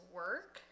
work